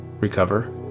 recover